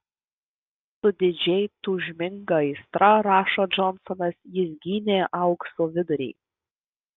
su didžiai tūžminga aistra rašo džonsonas jis gynė aukso vidurį